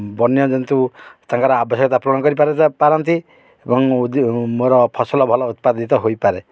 ବନ୍ୟା ଜନ୍ତୁ ତାଙ୍କର ଆବଶ୍ୟକତା ପୂରଣ କରିପାରି ପାରନ୍ତି ଏବଂ ମୋର ଫସଲ ଭଲ ଉତ୍ପାଦିତ ହୋଇପାରେ